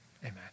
Amen